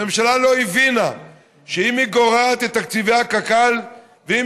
הממשלה לא הבינה שאם היא גורעת את תקציבי קק"ל ואם